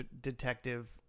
detective